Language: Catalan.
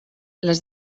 les